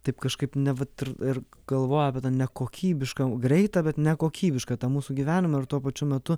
taip kažkaip neva ir galvoja apie tą nekokybišką greitą bet nekokybišką tą mūsų gyvenimą ir tuo pačiu metu